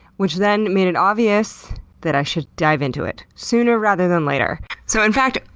which then made it obvious that i should dive into it, sooner rather than later. so in fact,